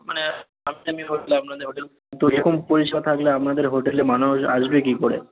মানে আপনাদের হোটেল তো এরকম পরিষেবা থাকলে আপনাদের হোটেলে মানুষ আসবে কী করে